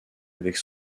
avec